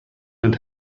and